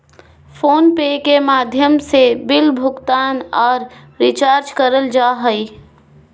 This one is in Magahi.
फोन पे के माध्यम से बिल भुगतान आर रिचार्ज करल जा हय